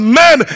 men